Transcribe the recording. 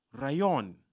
Rayon